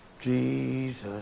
Jesus